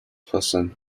person